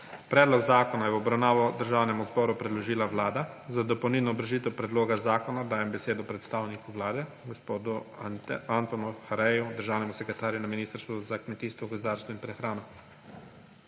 Predlog zakona je v obravnavo Državnemu zboru predložila Vlada. Za dopolnilno obrazložitev predloga zakona dajem besedo predstavniku Vlade gospodu Antonu Hareju, državnemu sekretarju na Ministrstvu za kmetijstvo, gozdarstvo in prehrano.